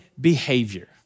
behavior